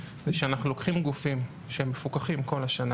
הוא שאנחנו לוקחים גופים שהם מפוקחים כל השנה